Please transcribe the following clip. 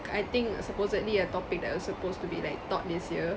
I think supposedly a topic that was supposed to be like taught this year